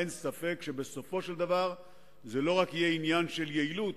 אין ספק שבסופו של דבר זה יהיה לא רק עניין של יעילות,